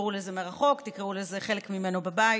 תקראו לזה מרחוק, תקראו לזה כזה שחלק ממנו בבית,